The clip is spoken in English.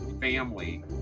family